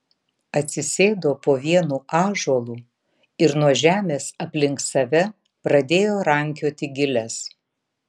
atsisėdo po vienu ąžuolu ir nuo žemės aplink save pradėjo rankioti giles